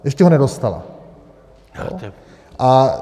Ještě ho nedostala.